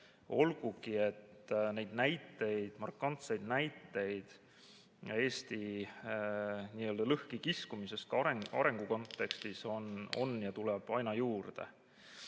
olgugi et neid markantseid näiteid Eesti nii-öelda lõhki kiskumisest ka arengu kontekstis on ja tuleb aina juurde. Ma